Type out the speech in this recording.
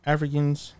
Africans